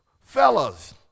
Fellas